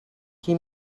qui